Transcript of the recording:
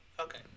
Okay